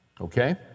Okay